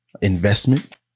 investment